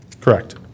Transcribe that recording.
Correct